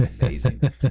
Amazing